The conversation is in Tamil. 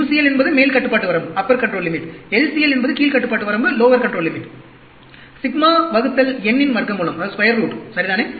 UCL என்பது மேல் கட்டுப்பாடு வரம்பு LCL என்பது கீழ் கட்டுப்பாடு வரம்பு சிக்மா n இன் வர்க்கமூலம் சரிதானே